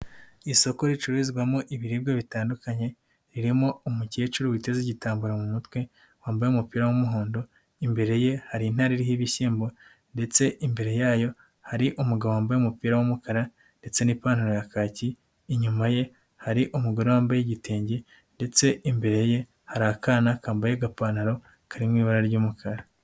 Isoko ricururizwamo ibiribwa bitandukanye ririmo umukecuru witeze igitambaro mu mutwe wambaye umupira w'umuhondo, imbere ye hari intara iriho ibishyimbo ndetse imbere yayo hari umugabo wambaye umupira w'umukara ndetse n'ipantaro ya kaki, inyuma ye hari umugore wambaye igitenge ndetse imbere ye hari akana kambaye agapantaro kari mu ibara ry'umukara.